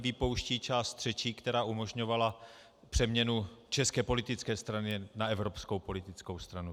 Vypouští část třetí, která umožňovala přeměnu české politické strany na evropskou politickou stranu.